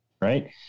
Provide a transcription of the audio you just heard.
Right